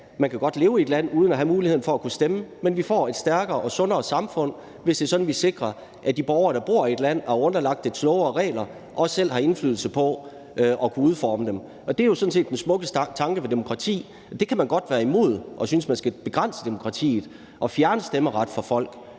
man kan godt leve i et land uden at have muligheden for at stemme, men vi får et stærkere og sundere samfund, hvis det er sådan, at vi sikrer, at de borgere, der bor i et land og er underlagt dets love og regler, også selv har indflydelse på at udforme dem. Det er jo sådan set den smukke tanke ved demokrati, og den kan man godt kan være imod; man kan godt synes, at man skal begrænse demokratiet og fjerne stemmeret fra folk.